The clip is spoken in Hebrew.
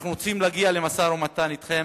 אנחנו רוצים להגיע למשא-ומתן אתכם,